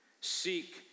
Seek